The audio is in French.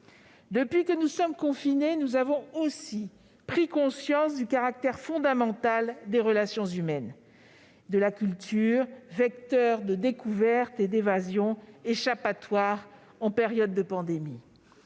Depuis que nous sommes confinés, nous avons aussi pris conscience du caractère fondamental des relations humaines et de la culture, vecteur de découvertes et d'évasion, échappatoire en période de pandémie.